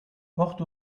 port